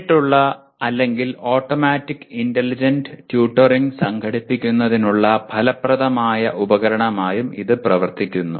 നേരിട്ടുള്ള അല്ലെങ്കിൽ automatic intelligent tutoring സംഘടിപ്പിക്കുന്നതിനുള്ള ഫലപ്രദമായ ഉപകരണമായും ഇത് പ്രവർത്തിക്കുന്നു